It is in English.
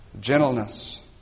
gentleness